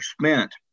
spent